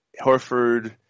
Horford